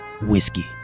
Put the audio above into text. Whiskey